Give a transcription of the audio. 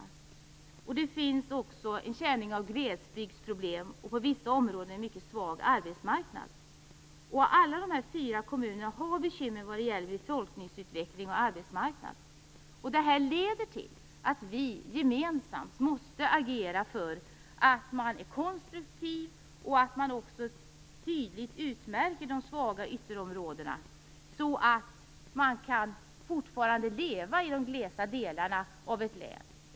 Det finns också en känning av glesbygdsproblem, och på vissa områden finns en mycket svag arbetsmarknad. Alla dessa fyra kommuner har bekymmer när det gäller befolkningsutveckling och arbetsmarknad. Därför måste vi gemensamt agera för att man är konstruktiv och för att man tydligt utmärker de svaga ytterområdena så att det fortfarande går att leva i de glesa delarna av ett län.